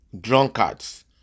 drunkards